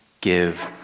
Give